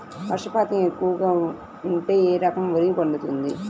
వర్షపాతం ఎక్కువగా ఉంటే ఏ రకం వరి పండుతుంది?